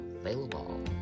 available